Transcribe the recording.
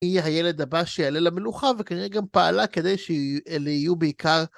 מי הילד הבא שיעלה למלוכה, וכנראה גם פעלה כדי שאלה יהיו בעיקר...